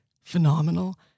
phenomenal